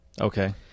Okay